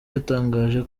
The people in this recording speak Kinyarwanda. yatangaje